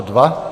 2.